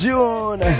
June